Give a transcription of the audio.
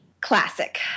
Classic